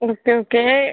okay okay